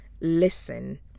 listen